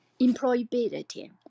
employability